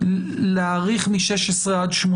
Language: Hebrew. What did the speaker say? להאריך מגיל 16 ל-18?